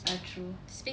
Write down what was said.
ah true